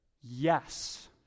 Yes